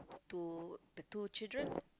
to the two children